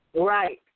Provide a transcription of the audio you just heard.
Right